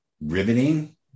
riveting